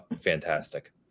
fantastic